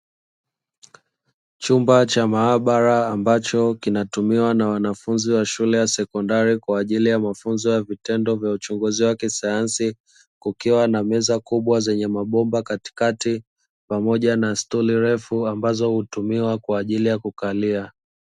Chumba cha maabara ambacho kinatumiwa na wanafunzi wa shule ya sekondari, kwa ajili ya mafunzo ya vitendo vya uchunguzi wa kisayansi kukiwa na meza kubwa zenye mabomba katikati, pamoja na stori refu ambazo hutumiwa kwa ajili ya kukalia.